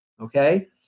okay